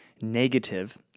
negative